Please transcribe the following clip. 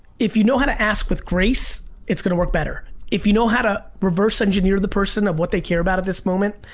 if you know how to ask with grace, it's gonna work better. if you know how to reverse engineer the person of what they care about at this moment.